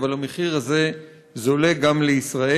אבל המחיר הזה זולג גם לישראל.